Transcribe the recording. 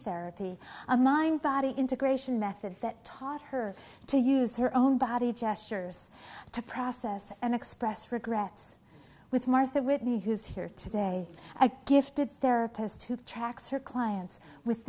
therapy a mind body integration method that taught her to use her own body gestures to process and express regrets with martha whitney who's here today a gifted there has to tracks her clients with